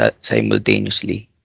simultaneously